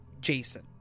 Jason